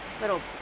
little